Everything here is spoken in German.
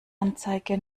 anzeige